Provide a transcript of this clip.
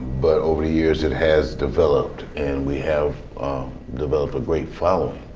but over the years it has developed and we have developed a great following.